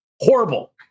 Horrible